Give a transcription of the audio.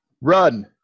Run